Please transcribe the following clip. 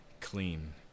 clean